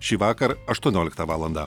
šįvakar aštuonioliktą valandą